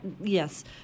yes